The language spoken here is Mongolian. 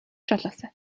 боллоо